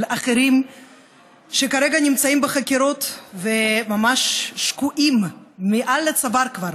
אחרים שכרגע נמצאים בחקירות וממש שקועים מעל לצוואר כבר